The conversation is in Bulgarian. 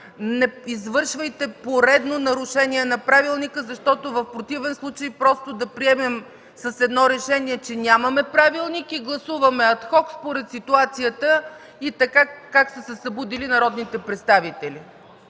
не извършвайте поредно нарушение на правилника, защото в противен случай просто да приемем с едно решение, че нямаме правилник и гласуваме ад хок според ситуацията и така, как са се събудили народните представители.